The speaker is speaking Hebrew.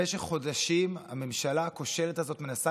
במשך חודשים הממשלה הכושלת הזאת מנסה